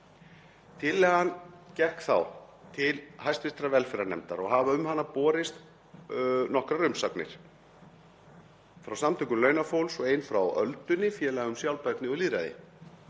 Tillagan gekk þá til hv. velferðarnefndar og hafa um hana borist nokkrar umsagnir frá samtökum launafólks og Öldunni, félagi um sjálfbærni og lýðræði.